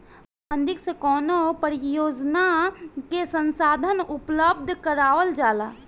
funding से कवनो परियोजना के संसाधन उपलब्ध करावल जाला